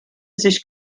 sich